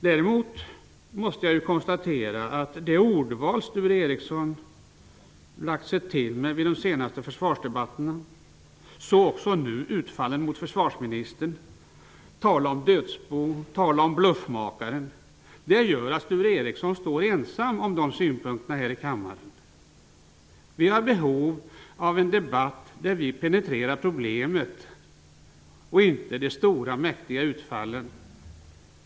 Däremot måste jag konstatera att det ordval Sture Ericson lagt sig till med vid de senaste försvarsdebatterna, så också nu -- utfallen mot försvarsministern, tal om dödsbo, tal om bluffmakare -- gör att Sture Ericson står ensam om de synpunkterna här i kammaren. Vi har behov av en debatt där vi penetrerar problemet och inte de stora mäktiga utfallen.